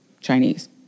Chinese